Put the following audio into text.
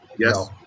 Yes